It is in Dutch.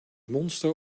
monster